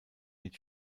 mit